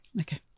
okay